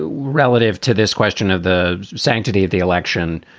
relative to this question of the sanctity of the election.